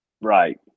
Right